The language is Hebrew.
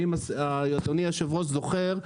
ואם אדוני היושב-ראש זוכר,